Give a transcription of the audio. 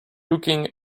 looking